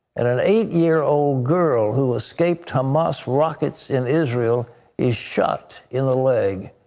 and an eight year old girl who escaped hamas rockets in israel is shot in the leg.